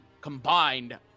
combined